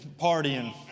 partying